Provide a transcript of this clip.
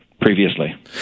previously